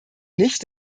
nicht